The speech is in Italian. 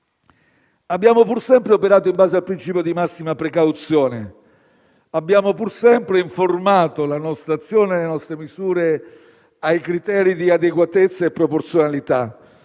Abbiamo pur sempre operato in base al principio di massima precauzione. Abbiamo pur sempre informato la nostra azione e le nostre misure ai criteri di adeguatezza e proporzionalità,